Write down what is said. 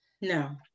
no